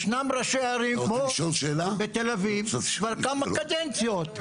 יש גם ראשי ערים כמו בתל אביב כבר כמה קדנציות.